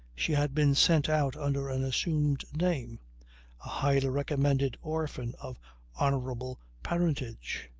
she had been sent out under an assumed name a highly recommended orphan of honourable parentage.